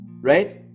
right